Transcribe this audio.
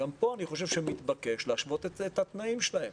גם פה אני חושב שמתבקש להשוות את התנאים שלהם.